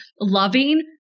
loving